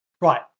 right